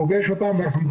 פוגש אותם ואנחנו מדברים.